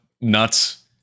nuts